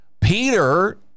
Peter